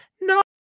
no